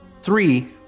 Three